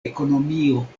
ekonomio